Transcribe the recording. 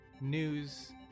news